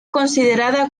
considerada